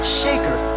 shaker